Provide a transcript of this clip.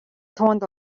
түүнд